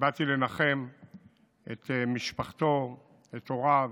באתי לנחם את משפחתו, את הוריו,